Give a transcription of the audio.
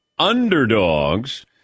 underdogs